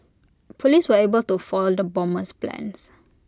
Police were able to foil the bomber's plans